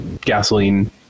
gasoline